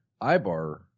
Ibar